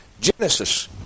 Genesis